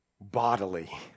Bodily